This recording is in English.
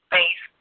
Base